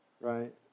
right